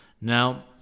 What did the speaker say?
Now